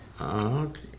Okay